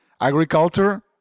agriculture